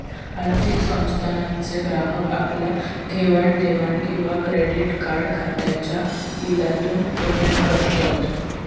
आर्थिक संस्थानांचे ग्राहक आपल्या घेवाण देवाण किंवा क्रेडीट कार्ड खात्याच्या बिलातून पेमेंट करत